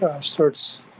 starts